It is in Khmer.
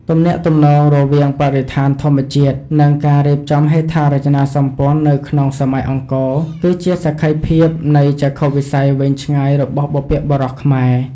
ទំនាក់ទំនងរវាងបរិស្ថានធម្មជាតិ និងការរៀបចំហេដ្ឋារចនាសម្ព័ន្ធនៅក្នុងសម័យអង្គរ គឺជាសក្ខីភាពនៃចក្ខុវិស័យវែងឆ្ងាយរបស់បុព្វបុរសខ្មែរ។